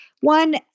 one